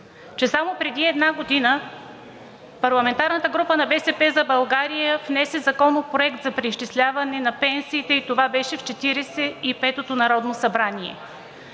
че само преди една година парламентарната група на „БСП за България“ внесе Законопроект за преизчисляване на пенсиите, и това беше в Четиридесет и петото народно събрание.